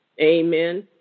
Amen